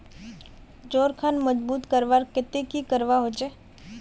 जोड़ खान मजबूत करवार केते की करवा होचए?